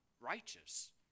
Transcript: righteous